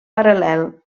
paral·lel